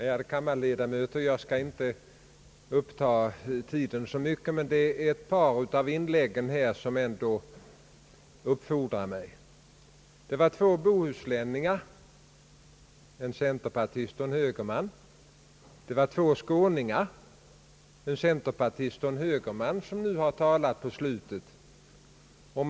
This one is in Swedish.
Herr talman! Jag skall, ärade kammarledamöter, inte uppta tiden så länge. Några av de tidigare talarna uppfordrar mig emellertid till ett par repliker, nämligen två bohuslänningar — en cen terpartist och en högerman — och två skåningar — en centerpartist och en högerman, som talade alldeles nyss.